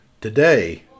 Today